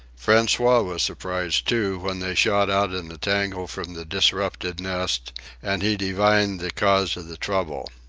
francois was surprised, too, when they shot out in a tangle from the disrupted nest and he divined the cause of the trouble.